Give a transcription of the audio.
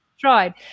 tried